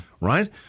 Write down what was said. right